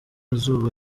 zuba